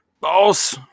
boss